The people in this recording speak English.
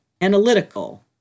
analytical